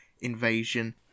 invasion